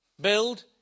Build